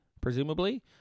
presumably